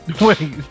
Wait